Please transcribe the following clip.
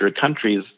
countries